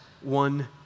one